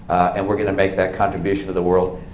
and we're going to make that contribution to the world,